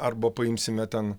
arba paimsime ten